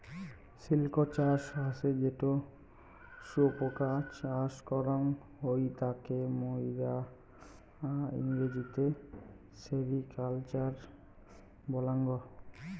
silk চাষ হসে যেটো শুয়োপোকা চাষ করাং হই তাকে মাইরা ইংরেজিতে সেরিকালচার বলাঙ্গ